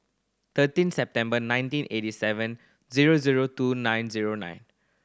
thirteen September nineteen eighty seven zero zero two nine zero nine